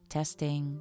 testing